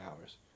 hours